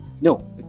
no